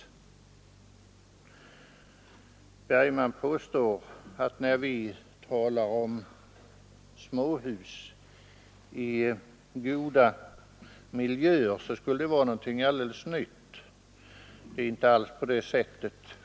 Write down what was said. Herr Bergman påstår att när vi talar om småhus i goda miljöer, skulle det vara något alldeles nytt. Det är inte alls på det sättet.